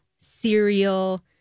cereal